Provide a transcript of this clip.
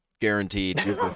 Guaranteed